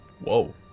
whoa